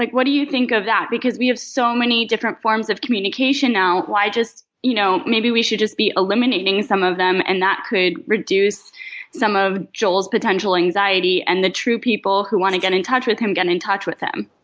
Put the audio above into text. like what do you think of that because we have so many different forms of communication now, why just you know maybe we should just be eliminating some of them and that could reduce some of joel's potential anxiety. and the true people who wanna get in touch with him get in touch with him.